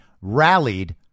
rallied